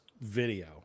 video